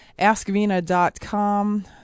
AskVina.com